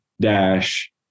dash